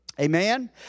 Amen